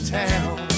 town